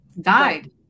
died